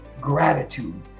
gratitude